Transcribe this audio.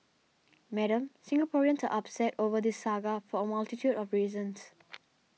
Madam Singaporeans are upset over this saga for a multitude of reasons